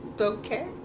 okay